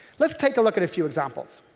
let's take a look at a few examples.